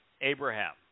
Abraham